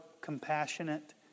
compassionate